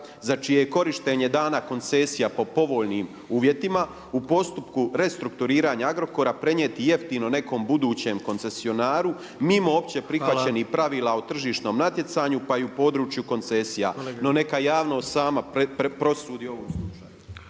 za čije je korištenje dana koncesija po povoljnim uvjetima u postupku restrukturiranja Agrokora prenijeti jeftino nekom budućem koncesionaru mimo opće prihvaćenih pravila …… /Upadica predsjednik: Hvala./… … o tržišnom natjecanju pa i u području koncesija. No, neka javnost sama prosudi u ovom slučaju.